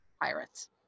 pirates